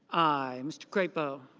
i. mr. kramer i.